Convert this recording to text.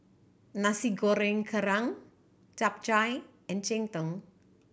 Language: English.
Nasi Goreng Kerang Chap Chai and cheng tng